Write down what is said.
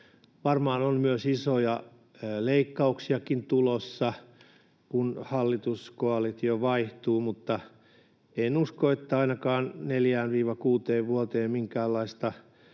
Varmaan on myös isoja leikkauksiakin tulossa, kun hallituskoalitio vaihtuu, mutta en usko, että ainakaan 4—6 vuoteen minkäänlaista